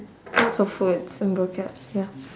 lots of words and vocabs ya